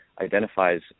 identifies